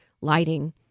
lighting